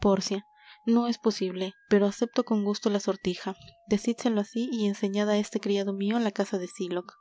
pórcia no es posible pero acepto con gusto la sortija decídselo así y enseñad á este criado mio la casa de sylock